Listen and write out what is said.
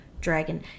dragon